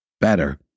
Better